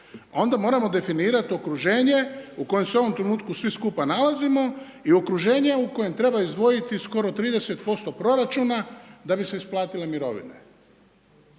Onda moramo definirati okruženje u kojem se u ovom trenutku svi skupa nalazimo i okruženje u kojem treba izdvojiti skoro 30% proračuna da bi se isplatile mirovine.